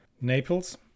Naples